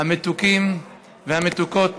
המתוקים והמתוקות